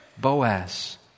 Boaz